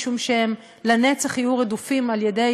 משום שהם לנצח יהיו רדופים על-ידי